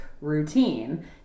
routine